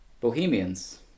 Bohemians